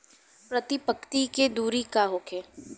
प्रति पंक्ति के दूरी का होखे?